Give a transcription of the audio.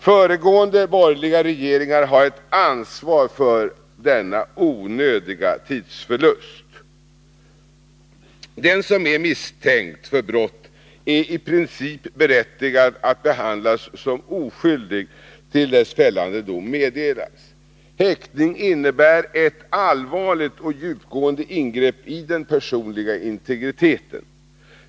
Föregående borgerliga regeringar har ett ansvar för denna onödiga tidsförlust. Den som är misstänkt för brott är i princip berättigad att behandlas som oskyldig till dess fällande dom meddelas. Häktning innebär ett allvarligt och djupgående ingrepp i den personliga integriteten.